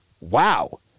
wow